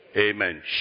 Amen